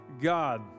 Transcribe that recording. God